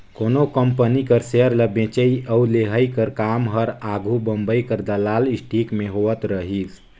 कोनो कंपनी कर सेयर ल बेंचई अउ लेहई कर काम हर आघु बंबई कर दलाल स्टीक में होवत रहिस